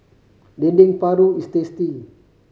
Dendeng Paru is tasty